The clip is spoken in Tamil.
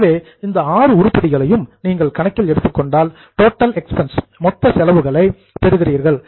எனவே இந்த ஆறு உருப்படிகளையும் நீங்கள் கணக்கில் எடுத்துக் கொண்டால் டோட்டல் எக்ஸ்பென்ஸ் மொத்த செலவுகளை பெறுகிறீர்கள்